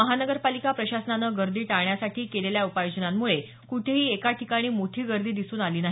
महानगरपालिका प्रशासनाने गर्दी टाळण्यासाठी केलेल्या उपाययोजनांमुळे कुठेही एका ठिकाणी मोठी गर्दी दिसून आली नाही